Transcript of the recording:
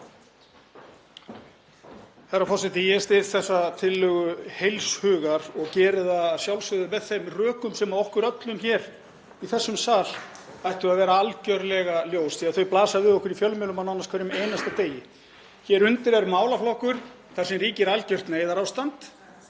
Herra forseti. Ég styð þessa tillögu heils hugar og geri það að sjálfsögðu með þeim rökum sem okkur öllum hér í þessum sal ættu við að vera algerlega ljós því að þau blasa við okkur í fjölmiðlum á nánast hverjum einasta degi. Hér undir er málaflokkur þar sem ríkir algjört neyðarástand.